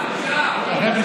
תראה אם הם יודעים מה זה רב-קו.